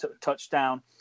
touchdown